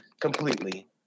completely